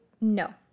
no